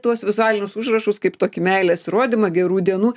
tuos vizualizinius užrašus kaip tokį meilės įrodymą gerų dienų